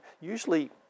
usually